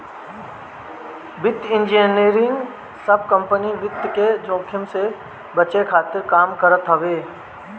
वित्तीय इंजनियरिंग सब कंपनी वित्त के जोखिम से बचे खातिर काम करत हवे